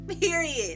period